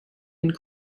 and